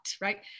right